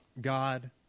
God